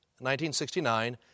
1969